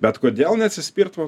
bet kodėl neatsispirt va